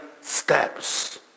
steps